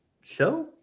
Show